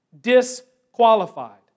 Disqualified